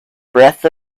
breath